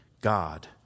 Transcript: God